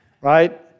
Right